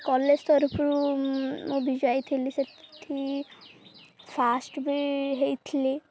college ତରଫରୁ ମୁଁ ବି ଯାଇଥିଲି ସେଠି ଫାଷ୍ଟ ବି ହେଇଥିଲି